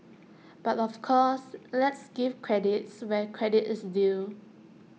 but of course let's give credits where credit is due